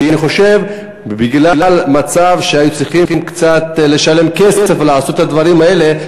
אני חושב שבגלל המצב שהיו צריכים לשלם קצת כסף ולעשות את הדברים האלה,